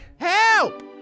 Help